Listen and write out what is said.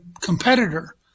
competitor